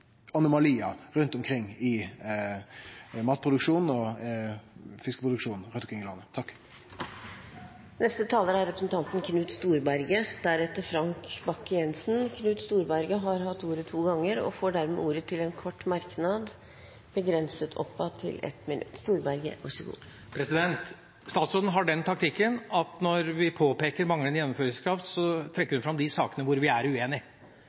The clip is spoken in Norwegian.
og fiskeproduksjonen rundt omkring i landet. Representanten Knut Storberget har hatt ordet to ganger tidligere og får ordet til en kort merknad, begrenset til 1 minutt. Statsråden har den taktikken at når vi påpeker manglende gjennomføringskraft, trekker hun fram de sakene hvor vi er